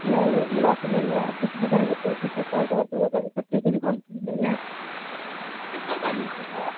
نہیں وہ مناسب نہیں ہے نا سودا سبزی کی دکان نہیں ہے کتنا بیلنس ہوتا ہے